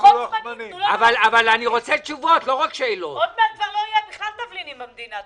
עוד מעט כבר לא יהיו בכלל תבלינים במדינה.